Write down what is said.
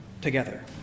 together